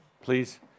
Please